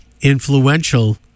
influential